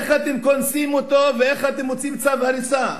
איך אתם קונסים אותו ואיך אתם מוציאים צו הריסה?